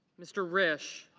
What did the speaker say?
mr. ridge.